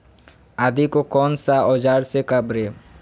आदि को कौन सा औजार से काबरे?